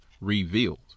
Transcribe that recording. revealed